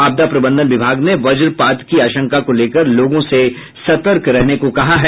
आपदा प्रबंधन विभाग ने वज्रपात की आशंका को लेकर लोगों से सतर्क रहने को कहा है